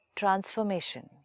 transformation